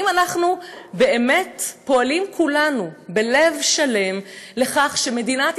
האם אנחנו באמת פועלים כולנו בלב שלם לכך שמדינת